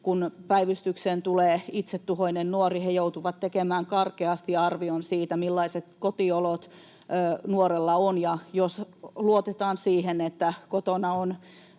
kun päivystykseen tulee itsetuhoinen nuori, he joutuvat tekemään karkeasti arvion siitä, millaiset kotiolot nuorella on, ja jos luotetaan siihen, että kotona on